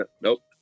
Nope